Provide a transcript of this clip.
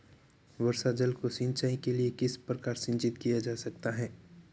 वर्षा जल को सिंचाई के लिए किस प्रकार संचित किया जा सकता है?